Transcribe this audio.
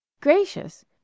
Gracious